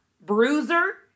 bruiser